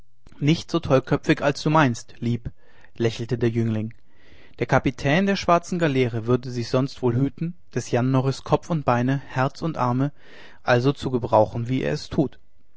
nicht so tollköpfig als du meinst lieb lächelte der jüngling der kapitän der schwarzen galeere würde sich sonst wohl hüten des jan norris kopf und beine herz und arme also zu gebrauchen wie er es tut